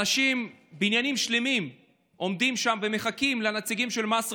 אנשים מבניינים שלמים עומדים שם ומחכים לנציגים של מס רכוש,